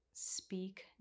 Speak